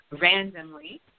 randomly